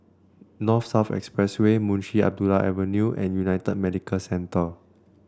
North South Expressway Munshi Abdullah Avenue and United Medicare Centre